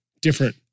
Different